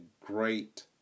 great